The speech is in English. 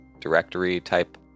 directory-type